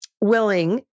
willing